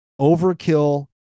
overkill